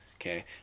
Okay